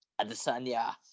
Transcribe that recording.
Adesanya